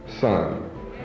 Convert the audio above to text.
son